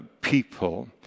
people